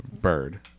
Bird